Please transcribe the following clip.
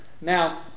Now